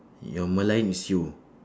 ya merlion is you